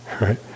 right